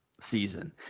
Season